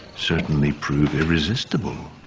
certainly prove irresistible